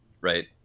right